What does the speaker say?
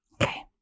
Okay